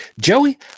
Joey